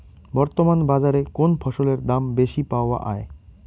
বর্তমান বাজারে কোন ফসলের দাম বেশি পাওয়া য়ায়?